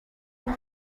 uko